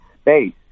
space